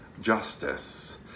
justice